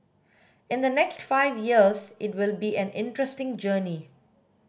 in the next five years it will be an interesting journey